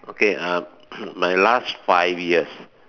okay uh my last five years